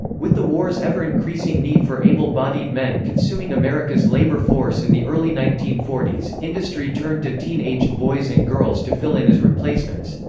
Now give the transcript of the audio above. with the war's ever increasing need for able bodied men consuming america's labor force in the early nineteen forty s, industry turned to teen-aged boys and girls to fill in as replacements.